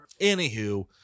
Anywho